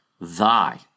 thy